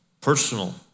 Personal